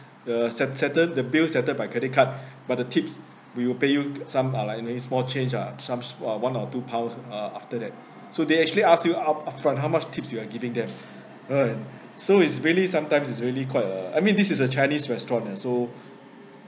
the set~ settled the bill settled by credit card but the tips we will pay you some uh likely small change ah some one or two pounds uh after that so they actually ask you up upfront how much tips you are giving them !hais! so it's really sometimes is really quite uh I mean this is a chinese restaurant and so